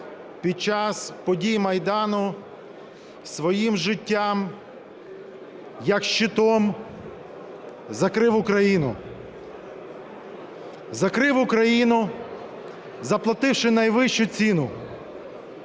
під час подій Майдану, своїм життям як щитом закрив Україну, закрив Україну, заплативши найвищу ціну,